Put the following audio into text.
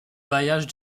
bailliage